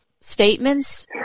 statements